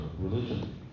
religion